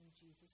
Jesus